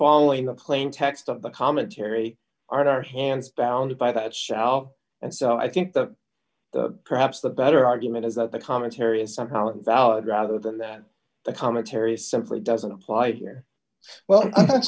following the plain text of the commentary our hands bound by that shout and so i think that perhaps the better argument is that the commentary is somehow invalid rather than that the commentary simply doesn't apply here well i'm